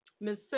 Miss